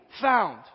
found